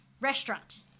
restaurant